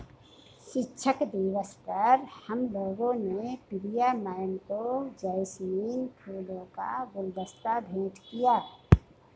शिक्षक दिवस पर हम लोगों ने प्रिया मैम को जैस्मिन फूलों का गुलदस्ता भेंट किया